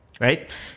right